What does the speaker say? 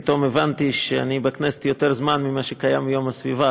פתאום הבנתי שאני בכנסת יותר זמן ממה שקיים יום הסביבה,